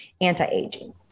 anti-aging